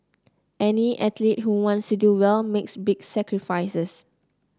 any athlete who wants to do well makes big sacrifices